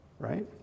Right